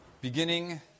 beginning